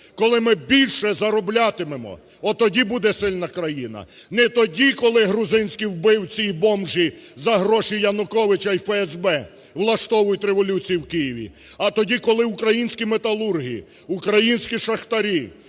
коли ми більше зароблятимемо, тоді буде сильна країна. Не тоді, коли грузинські вбивці і бомжі за гроші Януковича і ФСБ влаштовують революцію в Києві, а тоді, коли українські металурги, українські шахтарі,